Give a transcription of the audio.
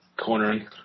cornering